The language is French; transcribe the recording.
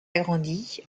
agrandie